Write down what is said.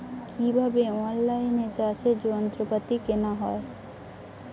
কিভাবে অন লাইনে চাষের যন্ত্রপাতি কেনা য়ায়?